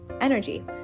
Energy